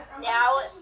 now